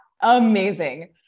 Amazing